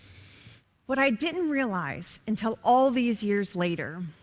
what i didn't realize until all these years later